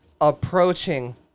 approaching